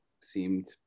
seemed